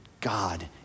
God